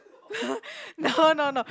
no no no